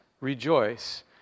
rejoice